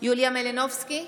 יוליה מלינובסקי,